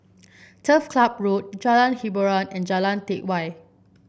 Turf Club Road Jalan Hiboran and Jalan Teck Whye